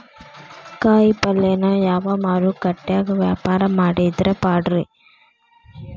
ಕಾಯಿಪಲ್ಯನ ಯಾವ ಮಾರುಕಟ್ಯಾಗ ವ್ಯಾಪಾರ ಮಾಡಿದ್ರ ಪಾಡ್ರೇ?